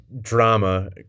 Drama